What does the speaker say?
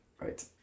Right